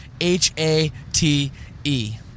H-A-T-E